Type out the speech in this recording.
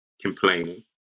complaining